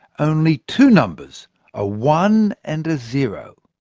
only two numbers a one and a zero.